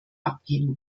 abgeben